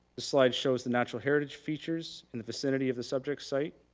slide shows the natural heritage features in the vicinity of the subject site.